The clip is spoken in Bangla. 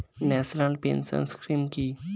ন্যাশনাল পেনশন স্কিম কি?